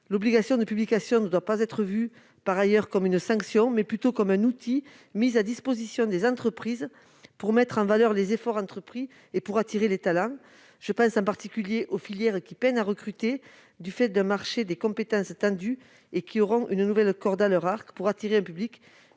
L'obligation de publication ne doit pas être vue, par ailleurs, comme une sanction, mais plutôt comme un outil mis à la disposition des entreprises pour mettre en valeur les efforts consentis et pour attirer les talents. Je pense en particulier aux filières qui peinent à recruter en raison d'un marché des compétences tendu, et qui auront une nouvelle corde à leur arc pour séduire un public